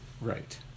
Right